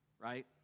right